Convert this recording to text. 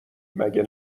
مگه